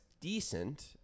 decent